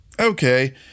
okay